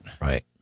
Right